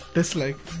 Dislike